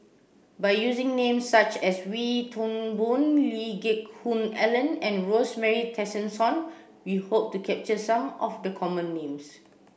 by using names such as Wee Toon Boon Lee Geck Hoon Ellen and Rosemary Tessensohn we hope to capture some of the common names